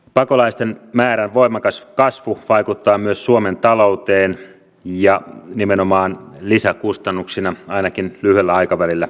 pakolaisten määrän voimakas kasvu vaikuttaa myös suomen talouteen ja nimenomaan lisäkustannuksina ainakin lyhyellä aikavälillä